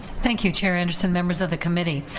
thank you chair anderson, members of the committee.